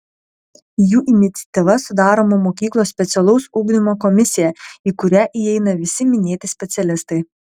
jų iniciatyva sudaroma mokyklos specialaus ugdymo komisija į kurią įeina visi minėti specialistai